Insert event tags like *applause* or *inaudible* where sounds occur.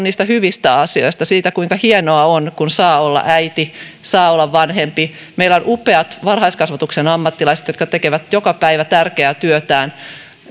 *unintelligible* niistä hyvistä asioista siitä kuinka hienoa on kun saa olla äiti saa olla vanhempi meillä on upeat varhaiskasvatuksen ammattilaiset jotka tekevät joka päivä tärkeää työtään